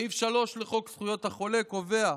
סעיף 3 לחוק זכויות החולה קובע: